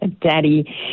Daddy